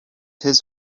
his